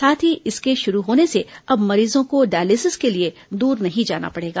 साथ ही इसके शुरू होने से अब मरीजों को डायलिसिस के लिए दूर नहीं जाना पड़ेगा